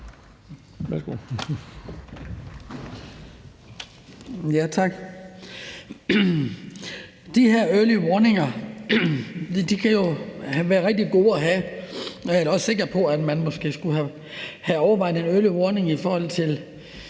De her early warnings kan jo være rigtig gode at have, og jeg er da også sikker på, at man måske skulle have overvejet en early warning i forhold til